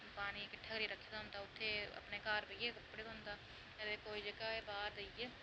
पानी किट्ठा करियै रखे दा होंदा उत्थै अपनै गर बेहियै कपड़े धोंदा अते कोई जेह्का